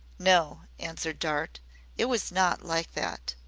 no, answered dart it was not like that.